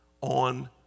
on